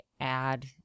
add